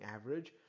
average